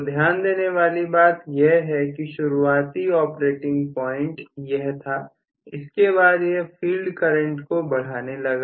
तो ध्यान देने वाली बात यह है कि शुरुआती ऑपरेटिंग पॉइंट यह था इसके बाद यह फील्ड करंट को बढ़ाने लगा